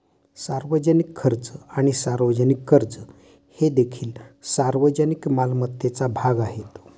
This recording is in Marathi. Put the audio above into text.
सार्वजनिक खर्च आणि सार्वजनिक कर्ज हे देखील सार्वजनिक मालमत्तेचा भाग आहेत